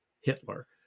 Hitler